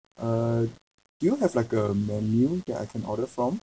uh do you have like a menu that I can order from